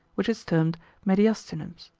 which is termed mediastinus,